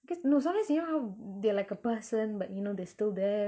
cause no sometimes you know how they are like a person but you know they are still there